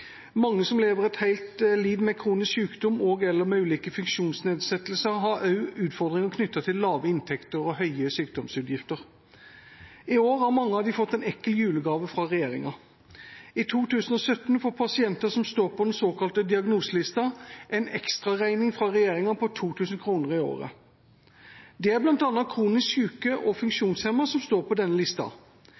Mange som lever et helt liv med kronisk sykdom og/eller med ulike funksjonsnedsettelser, har også utfordringer knyttet til lave inntekter og høye sykdomsutgifter. I år har mange av dem fått en ekkel julegave fra regjeringa: I 2017 får pasienter som står på den såkalte diagnoselista, en ekstraregning fra regjeringa på 2 000 kr i året. Det er bl.a. kronisk syke og funksjonshemmede som står på denne lista.